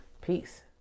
Peace